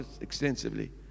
extensively